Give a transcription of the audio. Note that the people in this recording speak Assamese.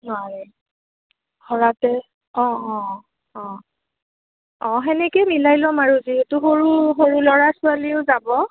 নোৱাৰে ঘোৰাতে অঁ অঁ অঁ অঁ তেনেকেই মিলাই ল'ম আৰু যিহেতু সৰু সৰু ল'ৰা ছোৱালীও যাব